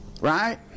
Right